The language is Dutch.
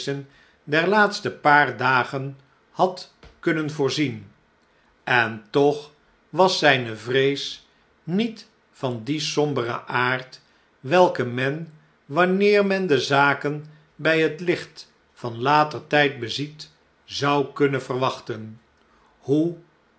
der laatste paar dagen had kunnen voorzien en toch was zijne vrees niet van dien somberen aard welken men wanneer men de zaken bij het licht van later tijd beziet zou kunnen verwachten hoe